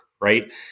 right